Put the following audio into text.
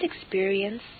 experience